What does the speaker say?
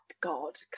God